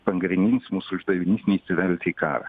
pagrindinis mūsų uždavinys neįsivelti į karą